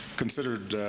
considered